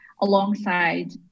alongside